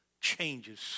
changes